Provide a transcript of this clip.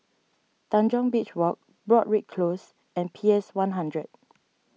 Tanjong Beach Walk Broadrick Close and P S one hundred